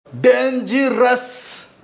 Dangerous